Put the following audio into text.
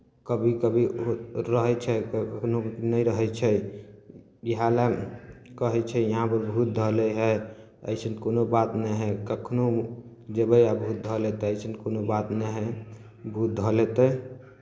कभी कभी र रहै छै तऽ कखनहु नहि रहै छै इएह लए कहै छै यहाँपर भूत धऽ लै हइ अइसन कोनो बात नहि हइ कखनहु जयबै आ भूत धऽ लेतै अइसन कोनो बात नहि हइ भूत धऽ लेतै